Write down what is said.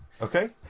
Okay